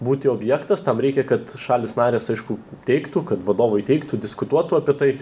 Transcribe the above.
būti objektas tam reikia kad šalys narės aišku teigtų kad vadovui teiktų diskutuotų apie tai